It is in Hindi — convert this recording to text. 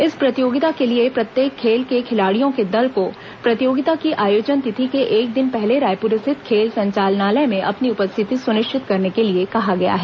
इस प्रतियोगिता के लिए प्रत्येक खेल के खिलाड़ियों के दल को प्रतियोगिता की आयोजन तिथि के एक दिन पहले रायपुर स्थित खेल संचालनालय में अपनी उपस्थिति सुनिश्चित करने के लिए कहा गया है